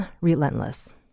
relentless